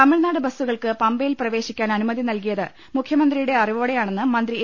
തമിഴ്നാട് ബസ്സുകൾക്ക് പമ്പയിൽ പ്രവേശിക്കാൻ അനുമതി നൽകിയത് മുഖ്യമന്ത്രിയുടെ അറിവോടെയാണെന്ന് മന്ത്രി എ